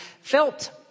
felt